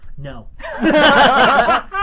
No